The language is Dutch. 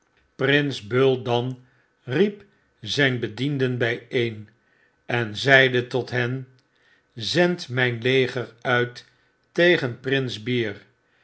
prins bull dan riep zjjn bedienden byeen en zeide tot hen zendt myn leger uit tegen prins bear